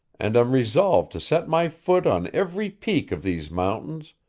and am resolved to set my foot on every peak of these mountains,